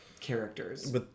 characters